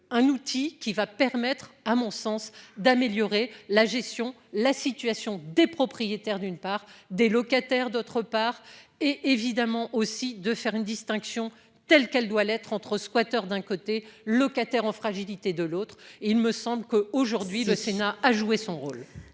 Un outil qui va permettre à mon sens d'améliorer la gestion, la situation des propriétaires d'une part des locataires. D'autre part et évidemment aussi de faire une distinction telle qu'elle doit l'être entre squatteurs d'un côté locataires en fragilité de l'autre il me semble que, aujourd'hui, le Sénat a joué son rôle.